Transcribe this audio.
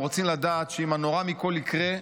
הם רוצים לדעת שאם הנורא מכול יקרה,